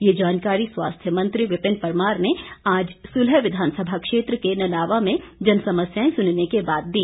यह जानकारी स्वास्थ्य मंत्री विपिन परमार ने आज सुलह विधानसभा क्षेत्र के ननावा में जनसमस्याएं सुनने के बाद दी